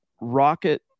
rocket